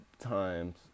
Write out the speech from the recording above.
times